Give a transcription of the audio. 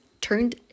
turned